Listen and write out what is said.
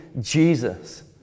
Jesus